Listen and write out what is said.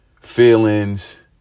feelings